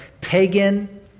pagan